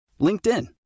LinkedIn